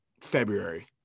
February